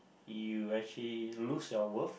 you actually lose your worth